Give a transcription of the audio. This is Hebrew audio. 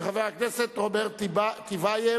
של חבר הכנסת רוברט טיבייב.